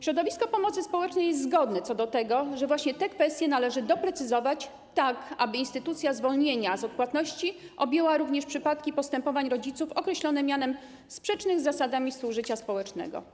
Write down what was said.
Środowisko pomocy społecznej jest zgodne co do tego, że właśnie te kwestie należy doprecyzować, tak aby instytucja zwolnienia z odpłatności objęła również przypadki postępowań rodziców określone mianem sprzecznych z zasadami współżycia społecznego.